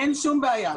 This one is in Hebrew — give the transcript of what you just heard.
אין שום בעיה.